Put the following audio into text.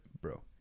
bro